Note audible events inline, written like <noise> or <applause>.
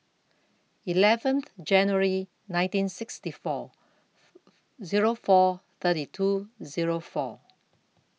eleven January nineteen sixty four <noise> Zero four thirty two Zero four